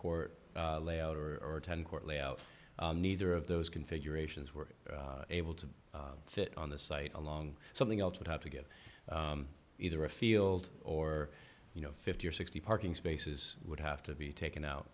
court layout or ten court layout neither of those configurations were able to fit on the site along something else would have to get either a field or you know fifty or sixty parking spaces would have to be taken out